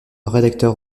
rédacteur